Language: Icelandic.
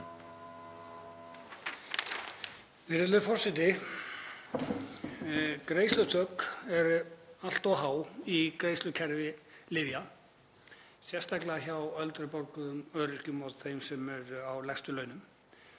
Virðulegur forseti. Greiðsluþök eru allt of há í greiðslukerfi lyfja, sérstaklega hjá eldri borgurum, öryrkjum og þeim sem eru á lægstu launum.